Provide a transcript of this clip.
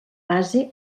base